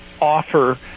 offer